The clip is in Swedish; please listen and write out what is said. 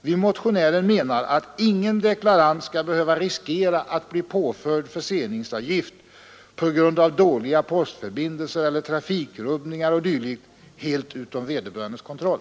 Vi motionärer menar att ingen deklarant skall behöva riskera att bli påförd förseningsavgift på grund av dåliga postförbindelser eller trafikrubbningar o. d., som ligger helt utanför vederbörandes kontroll.